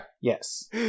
Yes